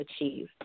achieve